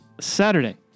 Saturday